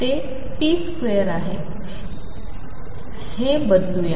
येथे हे बदलूया